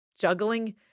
Juggling